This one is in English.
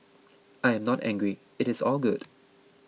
I am not angry it is all good